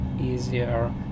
easier